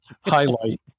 highlight